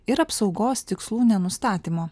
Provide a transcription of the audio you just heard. ir apsaugos tikslų nenustatymo